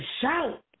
Shout